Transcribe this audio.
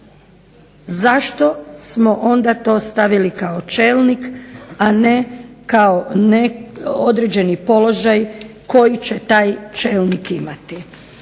zašto smo onda to stavili kao čelnik, a ne kao određeni položaj koji će taj čelnik imati.